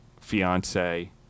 fiance